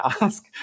ask